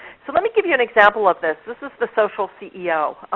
so let me give you an example of this. this is the social ceo,